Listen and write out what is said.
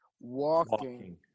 walking